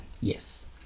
Yes